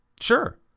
Sure